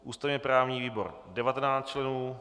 ústavněprávní výbor 19 členů